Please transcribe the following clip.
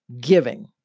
giving